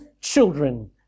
children